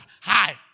hi